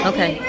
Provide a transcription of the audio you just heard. Okay